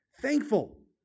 thankful